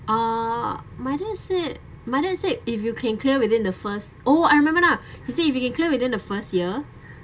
err my dad said my dad said if you can clear within the first oh I remember now he said if you can clear within the first year